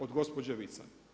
Od gospođe Vican.